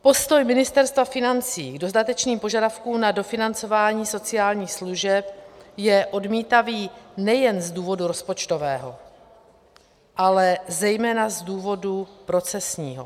Postoj Ministerstva financí k dodatečným požadavků na dofinancování sociálních služeb je odmítavý nejen z důvodu rozpočtového, ale zejména z důvodu procesního.